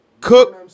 Cook